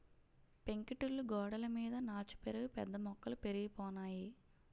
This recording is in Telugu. పెంకుటిల్లు గోడలమీద నాచు పెరిగి పెద్ద మొక్కలు పెరిగిపోనాయి